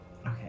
Okay